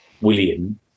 William